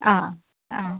ആ ആ